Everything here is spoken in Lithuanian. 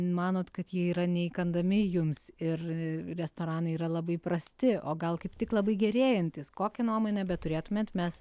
manot kad jie yra neįkandami jums ir restoranai yra labai prasti o gal kaip tik labai gerėjantys kokią nuomonę beturėtumėt mes